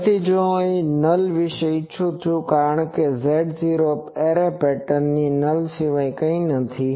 તેથી જો હું નલ વિશે ઇચ્છું છું કારણ કે આ Z ઝીરો એરે પેટર્ન ની નલ સિવાય કંઈ નથી